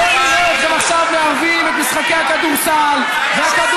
בואו נראה אתכם עכשיו מערבים את משחקי הכדורסל והכדורגל.